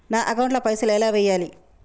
నా అకౌంట్ ల పైసల్ ఎలా వేయాలి?